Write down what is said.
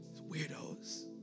Weirdos